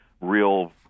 real